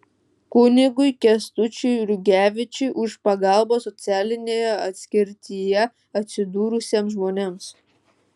kunigui kęstučiui rugevičiui už pagalbą socialinėje atskirtyje atsidūrusiems žmonėms